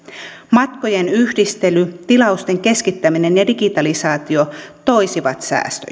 matkojen yhdistely tilausten keskittäminen ja digitalisaatio toisivat säästöjä